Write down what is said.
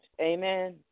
Amen